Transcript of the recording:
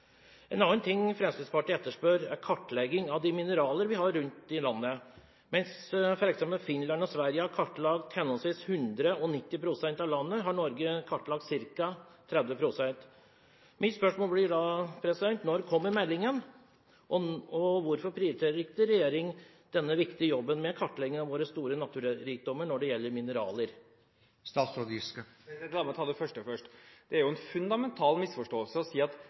En annen ting Fremskrittspartiet etterspør, er kartlegging av de mineraler vi har rundt i landet. Mens f.eks. Finland og Sverige har kartlagt henholdsvis 100 og 90 pst. av landet, har Norge kartlagt ca. 30 pst. Mine spørsmål blir da: Når kommer meldingen? Hvorfor prioriterer ikke regjeringen denne viktige jobben med kartlegging av våre store naturrikdommer når det gjelder mineraler? La meg ta det første først. Det er jo en fundamental misforståelse å si at